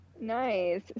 Nice